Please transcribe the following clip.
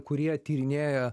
kurie tyrinėja